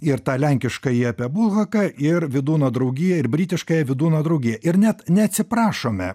ir tą lenkiškąjį apie bulhaką ir vydūno draugiją ir britiškąją vydūno draugiją ir net neatsiprašome